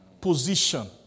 position